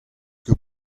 ket